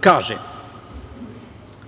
kažem,